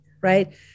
right